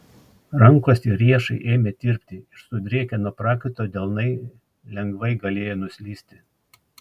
rankos ir riešai ėmė tirpti ir sudrėkę nuo prakaito delnai lengvai galėjo nuslysti